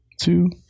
two